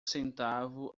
centavos